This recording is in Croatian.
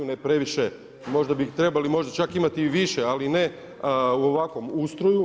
Ne previše, možda bi ih trebali možda čak imati i više, ali ne u ovakvom ustroju.